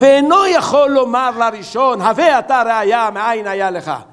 ואינו יכול לומר לראשון, הווה אתה ראיה מאין היה לך.